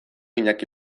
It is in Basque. iñaki